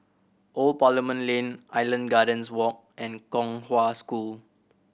Old Parliament Lane Island Gardens Walk and Kong Hwa School